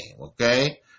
Okay